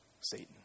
Satan